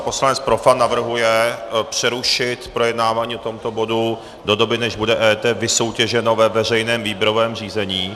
Poslanec Profant navrhuje přerušit projednávání tohoto bodu do doby, než bude EET vysoutěženo ve veřejném výběrovém řízení.